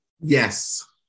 Yes